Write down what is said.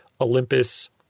Olympus